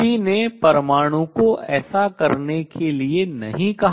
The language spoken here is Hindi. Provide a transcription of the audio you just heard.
किसी ने परमाणु को ऐसा करने के लिए नहीं कहा